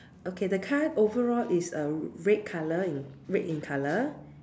okay the car overall is a red color red in color